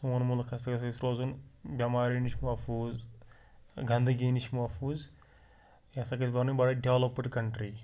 سوٗن مُلک ہسا گژھہِ اسہِ روزُن بیٚماریٚو نِش محفوٗظ گنٛدگی نِش محفوٗظ یہِ ہسا گژھہِ بَنٕنۍ بَڑٕ ڈیٚولَپٕڈ کَنٹرٛی